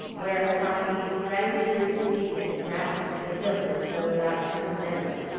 whereupon he sprang to his feet and grasped the hilt as though about to commence.